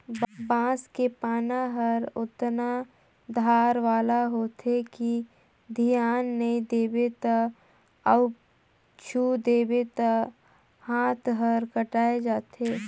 बांस के पाना हर अतना धार वाला होथे कि धियान नई देबे त अउ छूइ देबे त हात हर कटाय जाथे